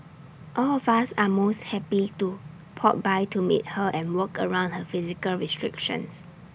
all of us are most happy to pop by to meet her and work around her physical restrictions